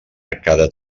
arcada